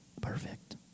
perfect